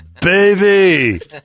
Baby